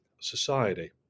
society